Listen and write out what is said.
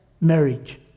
marriage